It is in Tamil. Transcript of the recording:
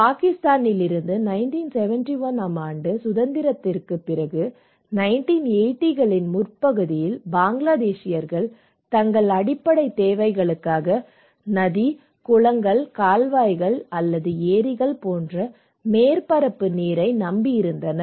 பாக்கிஸ்தானில் இருந்து 1971 ஆம் ஆண்டு சுதந்திரத்திற்குப் பிறகு 1980 களின் முற்பகுதியில் பங்களாதேஷியர்கள் தங்கள் அடிப்படை தேவைகளுக்காக நதி குளங்கள் கால்வாய்கள் அல்லது ஏரிகள் போன்ற மேற்பரப்பு நீரை நம்பியிருந்தனர்